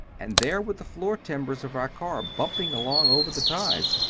and there were the floor timbers of our car bumping along over the ties.